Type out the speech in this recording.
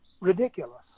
ridiculous